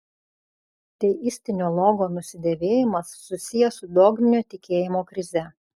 teistinio logo nusidėvėjimas susijęs su dogminio tikėjimo krize